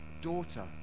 daughter